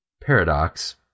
paradox